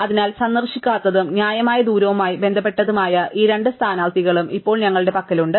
അതിനാൽ സന്ദർശിക്കാത്തതും ന്യായമായ ദൂരവുമായി ബന്ധപ്പെട്ടതുമായ ഈ രണ്ട് സ്ഥാനാർത്ഥികളും ഇപ്പോൾ ഞങ്ങളുടെ പക്കലുണ്ട്